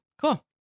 Cool